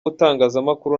itangazamakuru